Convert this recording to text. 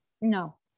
no